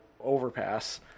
overpass